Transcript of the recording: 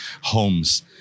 homes